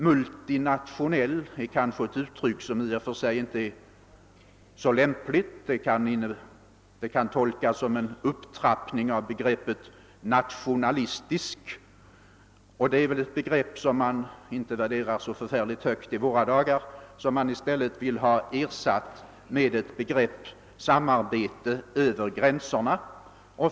»Multinationell» är kanske inte i och för sig något lämpligt uttryck; det kan tolkas som en upptrappning av begreppet »nationalistisk», och det är ett begrepp som väl inte värderas så förfärligt högt i våra dagar och som man i stället vill se ersatt med begreppet »samarbete över gränserna».